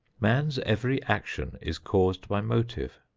man's every action is caused by motive.